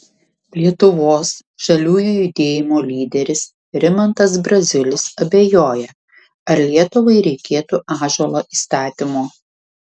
lietuvos žaliųjų judėjimo lyderis rimantas braziulis abejoja ar lietuvai reikėtų ąžuolo įstatymo